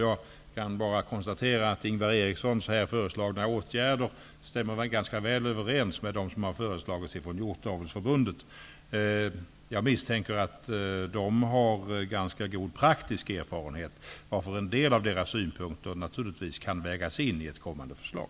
Jag kan bara konstatera att Ingvar Erikssons här föreslagna åtgärder stämmer ganska väl överens med dem som har föreslagits från Hjortavelsförbundet. Jag misstänker att man där har ganska god praktisk erfarenhet, varför en del av synpunkterna därifrån naturligtvis kan vägas in i ett kommande förslag.